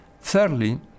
Thirdly